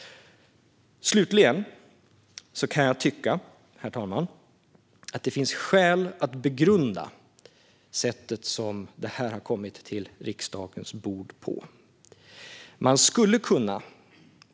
Slutligen tycker jag att det finns anledning att begrunda det sätt på vilket detta har kommit till riksdagens bord.